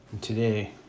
Today